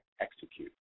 execute